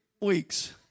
weeks